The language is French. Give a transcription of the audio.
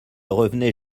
revenez